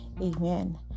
amen